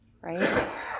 right